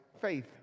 faith